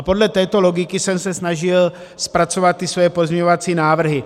Podle této logiky jsem se snažil zpracovat ty své pozměňovací návrhy.